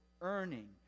earning